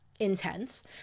intense